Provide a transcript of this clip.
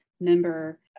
member